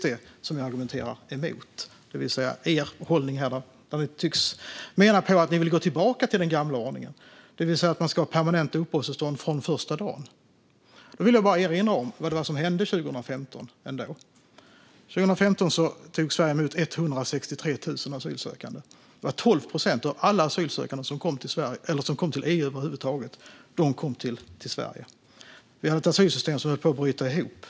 Det jag argumenterar mot är er hållning. Ni tycks vilja gå tillbaka till den gamla ordningen, det vill säga att man ska ha permanenta uppehållstillstånd från första dagen. Jag vill erinra om vad det var som hände 2015. År 2015 tog Sverige emot 163 000 asylsökande. 12 procent av alla asylsökande som kom till EU kom till Sverige. Vi hade ett asylsystem som höll på att bryta ihop.